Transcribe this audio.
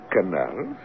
Canals